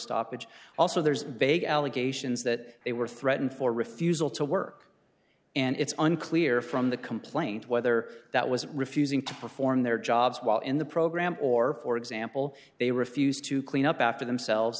stoppage also there's vague allegations that they were threatened for refusal to work and it's unclear from the complaint whether that was refusing to perform their jobs while in the program or for example they refused to clean up after themselves